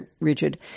rigid